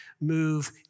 move